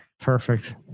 Perfect